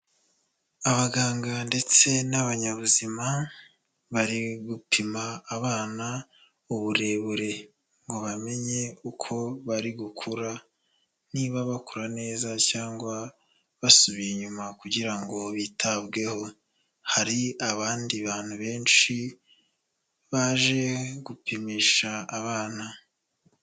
Abaganga ndetse n'abanyabuzima, bari gupima abana uburebure ngo bamenye uko bari gukura, niba bakora neza cyangwa basubiye inyuma kugira ngo bitabweho, hari abandi bantu benshi baje gupimisha abana.